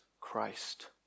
Christ